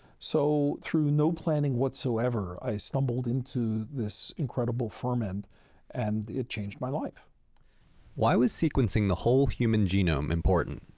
so, through no planning whatsoever, i stumbled into this incredible ferment and it changed my life. narrator why was sequencing the whole human genome important?